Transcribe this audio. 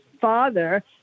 father